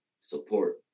support